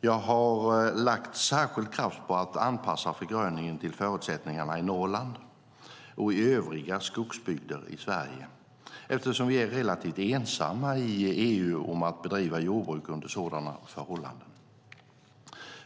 Jag har lagt särskild kraft på att anpassa förgröningen till förutsättningarna i Norrland och i övriga skogsbygder i Sverige, eftersom vi är relativt ensamma i EU om att bedriva jordbruk under sådana förhållanden.